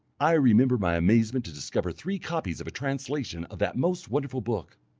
i remember my amazement to discover three copies of a translation of that most wonderful book,